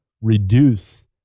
reduce